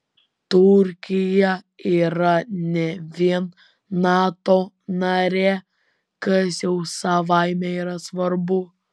turkija yra ne vien nato narė kas jau savaime yra svarbu